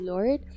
Lord